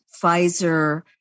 Pfizer